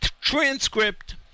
transcript